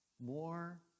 more